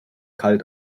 kalt